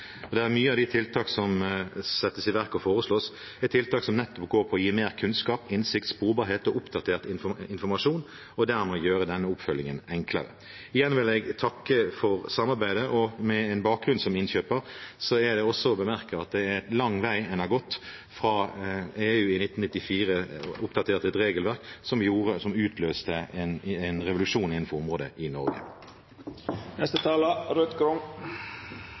av de tiltakene som settes i verk og foreslås, er tiltak som nettopp går på å gi mer kunnskap, innsikt, sporbarhet og oppdatert informasjon, og som dermed vil gjøre denne oppfølgingen enklere. Igjen vil jeg takke for samarbeidet. Med en bakgrunn som innkjøper er det også å bemerke at det er en lang vei en har gått fra EU i 1994 oppdaterte dette regelverket, som utløste en revolusjon innenfor området i Norge.